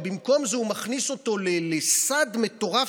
ובמקום זה הוא מכניס אותו לסד מטורף,